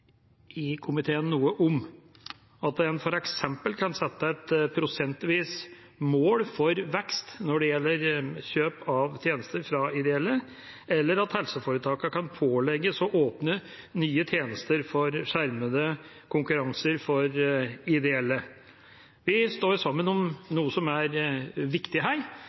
i komiteen noe om, f.eks. at en kan sette et prosentvis mål for vekst når det gjelder kjøp av tjenester fra ideelle, eller at helseforetakene kan pålegges å åpne nye tjenester for skjermede konkurranser for ideelle. Vi står sammen om noe som er viktig,